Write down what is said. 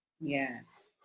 Yes